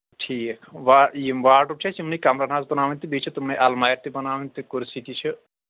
ٹھیٖک وا یِم واڈروٗم چھِ اَسہِ یِمنٕے کَمرَن حظ ترٛاوٕنۍ تہٕ بیٚیہِ چھِ تِمٕے اَلمارِ تہِ بَناونہِ تہِ کُرسی تہِ چھِ